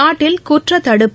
நாட்டில் குற்றத்தடுப்பு